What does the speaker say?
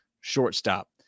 shortstop